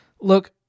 Look